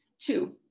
Two